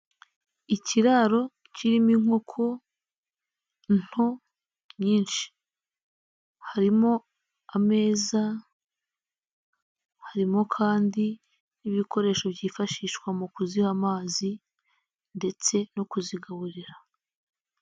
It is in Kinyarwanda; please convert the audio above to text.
Ikiraro kirimo inkoko nto nyinshi, harimo ameza, harimo kandi n'ibikoresho byifashishwa mu kuziha amazi ndetse no kuzigaburira.